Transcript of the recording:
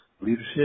leadership